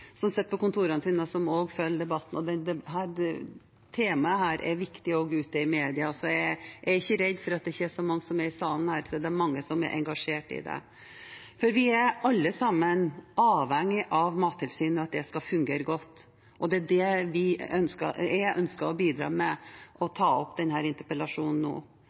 som sitter her i salen, vet at det også sitter folk på kontorene sine og følger debatten, og dette temaet er viktig også ute i media. Jeg er ikke redd for at det ikke er så mange i salen her, for det er mange som er engasjert i dette. Vi er alle sammen avhengige av at Mattilsynet fungerer godt. Det er det jeg ønsker å bidra til ved å ta opp denne interpellasjonen nå